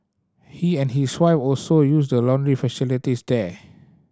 he and his wife also use the laundry facilities there